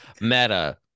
meta